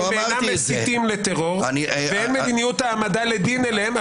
הם אינם מסיתים לטרור ואין מדיניות העמדה לדין אליהם.